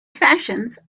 fashions